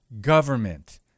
government